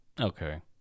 Okay